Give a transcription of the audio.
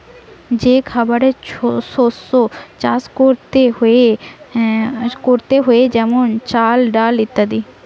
যে খাবারের শস্য চাষ করতে হয়ে যেমন চাল, ডাল ইত্যাদি